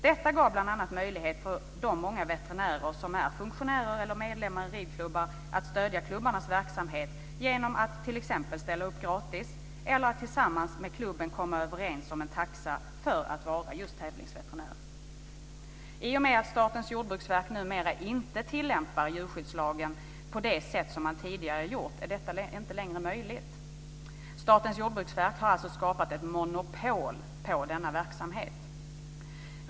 Det gav bl.a. möjlighet för de många veterinärer som är funktionärer eller medlemmar i ridklubbar att stödja klubbarnas verksamhet genom att t.ex. ställa upp gratis eller att tillsammans med klubben komma överens om en taxa för att vara tävlingsveterinär. I och med att SJV numera inte tillämpar djurskyddslagen på det sätt som man tidigare gjort är detta inte längre möjligt. SJV har alltså skapat ett monopol på denna verksamhet.